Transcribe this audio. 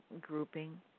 grouping